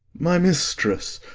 my mistress!